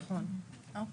אוקיי,